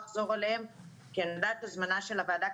אני רוצה לדעת בוודאות,